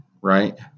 right